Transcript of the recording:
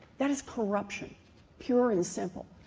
that is corruption pure and simple.